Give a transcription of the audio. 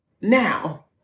Now